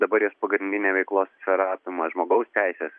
dabar jos pagrindinė veiklos sfera apima žmogaus teises